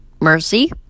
mercy